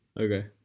Okay